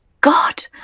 God